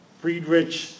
Friedrich